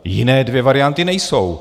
Jiné dvě varianty nejsou.